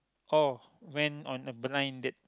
or went on a blind date